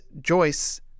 joyce